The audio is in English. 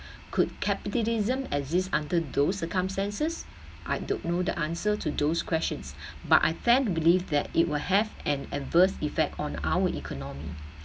could capitalism exist under those circumstances I don't know the answer to those questions but I tend to believe that it will have an adverse effect on our economy